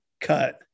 cut